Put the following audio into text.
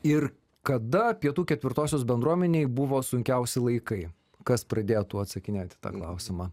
ir kada pietų ketvirtosios bendruomenei buvo sunkiausi laikai kas pradėtų atsakinėt į tą klausimą